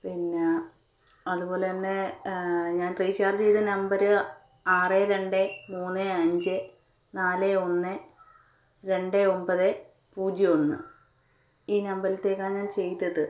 പിന്നെ അതുപോലെത്തന്നെ ഞാൻ റീചാർജ് ചെയ്ത നമ്പറ് ആറ് രണ്ട് മൂന്ന് അഞ്ച് നാല് ഒന്ന് രണ്ട് ഒമ്പത് പൂജ്യം ഒന്ന് ഈ നമ്പർൽത്തേക്കാണ് ഞാൻ ചെയ്തത്